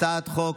הצעת חוק